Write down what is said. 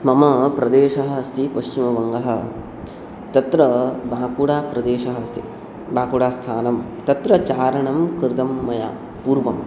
मम प्रदेशः अस्ति पश्चिमवङ्गः तत्र बाकुडाप्रदेशः अस्ति बाकुडास्थानं तत्र चारणं कृतं मया पूर्वम्